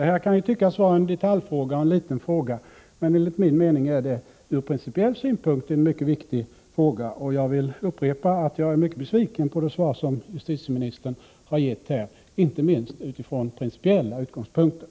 Detta kan tyckas vara en liten detaljfråga, men enligt min mening är det ur principiell synpunkt en mycket viktig fråga. Jag vill upprepa att jag är mycket besviken på det svar som justitieministern har gett här, inte minst utifrån principiella utgångspunkter.